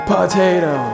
Potato